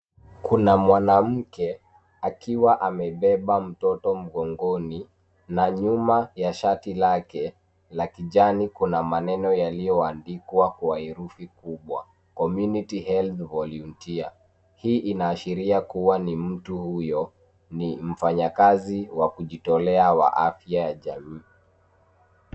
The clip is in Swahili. Kuna mwanamke akiwa amebeba mtoto mgongoni na nyuma ya shati lake la kijani kuna maneno yaliyoandikwa kwa herufi kubwa community health volunteer . Hii inaashiria kuwa mtu huyo ni mfanyakazi wa kujitolea wa afya ya jamii.